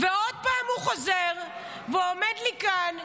ועוד פעם הוא חוזר ועומד לי כאן,